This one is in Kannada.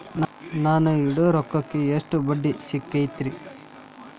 ನಾ ಇಡೋ ರೊಕ್ಕಕ್ ಎಷ್ಟ ಬಡ್ಡಿ ಸಿಕ್ತೈತ್ರಿ?